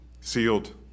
sealed